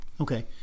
Okay